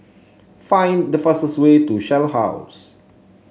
find the fastest way to Shell House